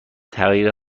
تغییر